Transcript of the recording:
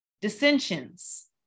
dissensions